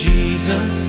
Jesus